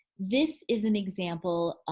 this is an example